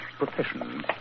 profession